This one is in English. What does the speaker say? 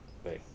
对